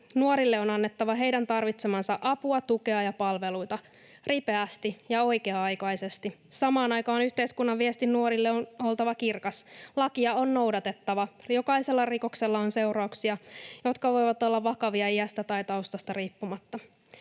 Nuorille on annettava heidän tarvitsemaansa apua, tukea ja palveluita ripeästi ja oikea-aikaisesti. Samaan aikaan yhteiskunnan viestin nuorille on oltava kirkas: Lakia on noudatettava. Jokaisella rikoksella on seurauksia, jotka voivat olla vakavia iästä tai taustasta riippumatta.